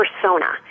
persona